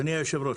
אדוני היושב ראש,